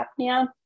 apnea